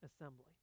assembly